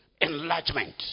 Enlargement